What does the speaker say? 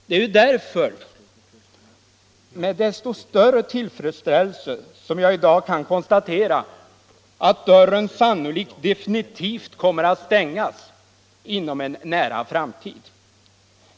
Det är därför med desto större tillfredsställelse som jag i dag kan konstatera att dörren antagligen definitivt kommer att stängas inom en nära framtid.